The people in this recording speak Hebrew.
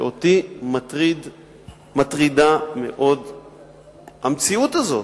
שאותי מטרידה מאוד המציאות הזאת,